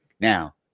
Now